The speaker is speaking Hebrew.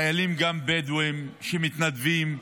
גם חיילים בדואים שמתנדבים,